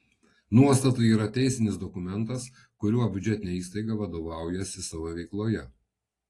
nuostatai yra teisinis dokumentas kuriuo biudžetinė įstaiga vadovaujasi savo veikloje